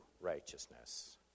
righteousness